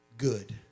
good